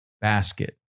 basket